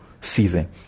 season